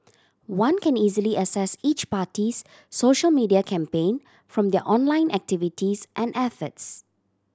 one can easily assess each party's social media campaign from their online activities and efforts